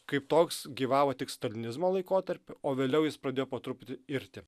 kaip toks gyvavo tik stalinizmo laikotarpiu o vėliau jis pradėjo po truputį irti